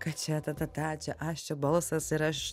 kad čia tatata čia aš čia balsas ir aš